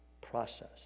process